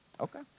okay